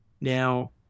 Now